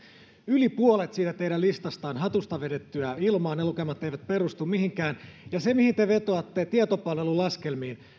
yli puolet siitä teidän listastanne on hatusta vedettyä ilmaa ne lukemat eivät perustu mihinkään se mihin te vetoatte tietopalvelun laskelmat